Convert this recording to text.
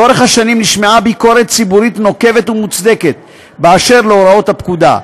לאורך השנים נשמעה ביקורת ציבורית נוקבת ומוצדקת על הוראות הפקודה,